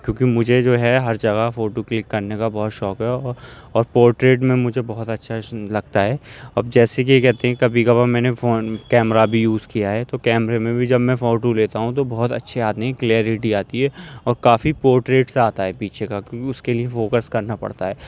کیونکہ مجھے جو ہے ہر جگہ فوٹو کلک کرنے کا بہت شوق ہے اور اور پورٹریٹ میں مجھے بہت اچھا لگتا ہے اب جیسے کہ کیا کہتے ہیں کبھی کبھار میں نے فون کیمرہ بھی یوز کیا ہے تو کیمرے میں بھی جب میں فوٹو لیتا ہوں تو بہت اچھے آتے ہیں کلیئرٹی آتی ہے اور کافی پورٹریٹ سا آتا ہے پیچھے کا کیوںکہ اس کے لیے فوکس کرنا پڑتا ہے